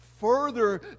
further